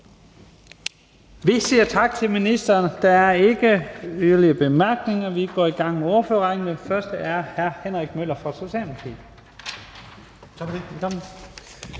Vi siger tak til ministeren. Der er ikke yderligere korte bemærkninger, og vi går i gang med ordførerrækken, og den første ordfører er hr. Henrik Møller fra Socialdemokratiet.